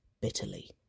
bitterly